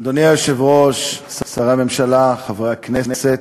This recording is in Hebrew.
אדוני היושב-ראש, שרי הממשלה, חברי הכנסת,